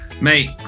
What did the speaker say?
mate